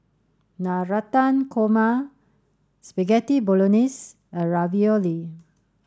Navratan Korma Spaghetti Bolognese and Ravioli